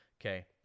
Okay